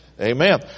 Amen